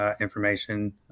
information